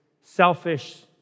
selfish